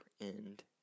end